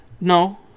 No